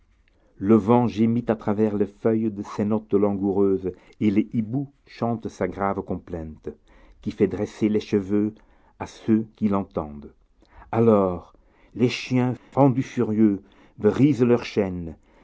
le vent gémit à travers les feuilles ses notes langoureuses et le hibou chante sa grave complainte qui fait dresser les cheveux à ceux qui l'entendent alors les chiens rendus furieux brisent leurs chaînes